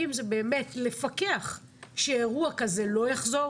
ואם זה באמת לפקח שאירוע כזה לא יחזור